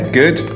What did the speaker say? good